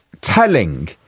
telling